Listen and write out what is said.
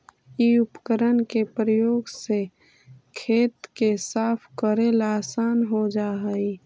इ उपकरण के प्रयोग से खेत के साफ कऽरेला असान हो जा हई